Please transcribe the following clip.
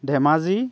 Dhemaji